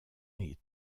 est